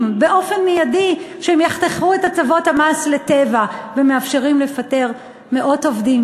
באופן מיידי שהם יחתכו את הטבות המס ל"טבע" ומאפשרים לפטר מאות עובדים,